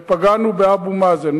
ופגענו באבו מאזן.